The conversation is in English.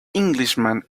englishman